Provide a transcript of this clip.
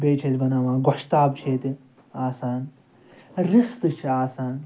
بیٚیہِ چھِ أسۍ بناوان گۄشتاب چھِ ییٚتہِ آسان رِستہٕ چھِ آسان